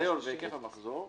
ניסיון והיקף המחזור,